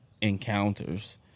encounters